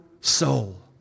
soul